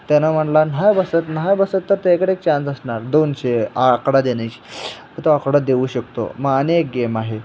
त्यांनं म्हटला नाही बसत नाही बसत तर त्याच्याकडे एक चान्स असणार दोनशे आकडा देण्याची आता तो आकडा देऊ शकतो मग आणि एक गेम आहे